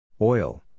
Oil